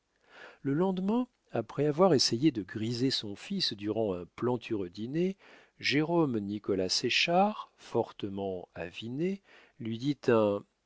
le lendemain après avoir essayé de griser son fils durant un plantureux dîner jérôme nicolas séchard fortement aviné lui dit